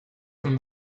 from